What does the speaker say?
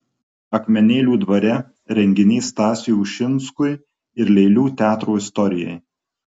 akmenėlių dvare renginys stasiui ušinskui ir lėlių teatro istorijai